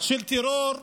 של טרור,